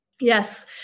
Yes